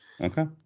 Okay